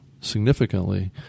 significantly